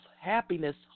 happiness